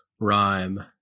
rhyme